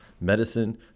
medicine